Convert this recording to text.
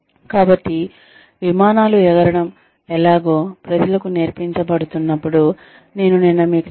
కాబట్టి విమానాలు ఎగరడం ఎలాగో ప్రజలకు నేర్పించబడుతున్నప్పుడు నేను నిన్న మీకు చెప్పాను